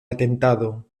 atentado